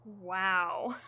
Wow